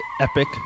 epic